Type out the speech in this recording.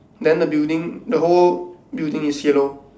then the building the whole building is yellow